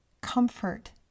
comfort